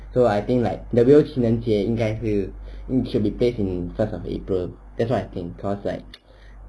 so I think like the real 情人节应该是 you should be placed in first of april that's what I think because like